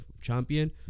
champion